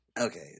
Okay